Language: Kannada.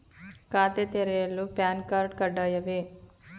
ಖಾತೆ ತೆರೆಯಲು ಪ್ಯಾನ್ ಕಾರ್ಡ್ ಕಡ್ಡಾಯವೇ?